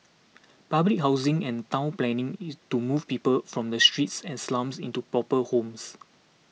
public housing and town planning is to move people from the streets and slums into proper homes